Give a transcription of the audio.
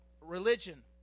religion